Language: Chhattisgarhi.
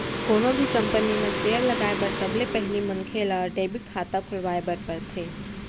कोनो भी कंपनी म सेयर लगाए बर सबले पहिली मनखे ल डीमैट खाता खोलवाए बर परथे